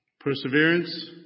Perseverance